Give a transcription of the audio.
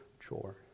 chore